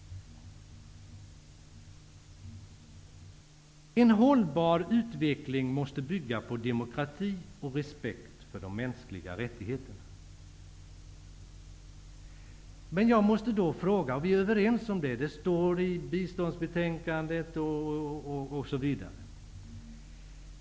En hållbar utveckling måste bygga på demokrati och respekt för de mänskliga rättigheterna. Vi är överens om detta, och det står i biståndsbetänkandet.